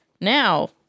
Now